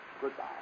goodbye